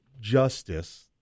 justice